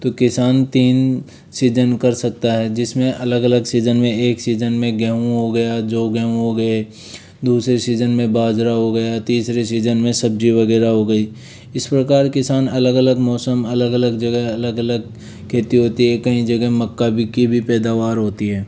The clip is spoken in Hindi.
तो किसान तीन सीजन कर सकता है जिसमें अलग अलग सीजन में एक सीजन में गेंहू हो गया जो गेंहू हो गए दूसरे सीजन में बाजरा हो गया तीसरे सीजन में सब्ज़ी वगैरह हो गई इस प्रकार किसान अलग अलग मौसम अलग अलग जगह अलग अलग खेती होती है कई जगह मक्का बीक की भी पैदावार होती है